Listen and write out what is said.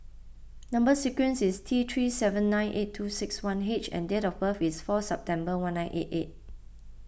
Number Sequence is T three seven nine eight two six one H and date of birth is four September one nine eight eight